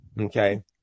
Okay